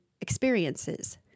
experiences